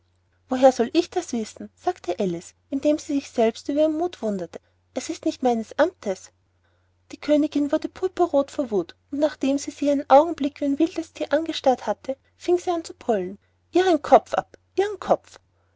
woher soll ich das wissen sagte alice indem sie sich selbst über ihren muth wunderte es ist nicht meines amtes die königin wurde purpurroth vor wuth und nachdem sie sie einen augenblick wie ein wildes thier angestarrt hatte fing sie an zu brüllen ihren kopf ab ihren kopf